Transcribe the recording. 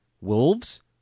Wolves